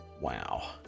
Wow